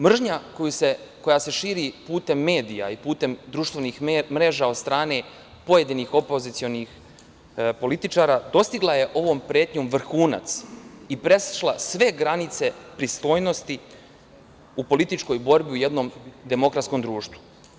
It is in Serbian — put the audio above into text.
Mržnja koja se širi putem medija i putem društvenih mreža od strane pojedinih opozicionih političara dostigla je ovom pretnjom vrhunac i prešla sve granice pristojnosti u političkoj borbi u jednom demokratskom društvu.